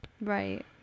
Right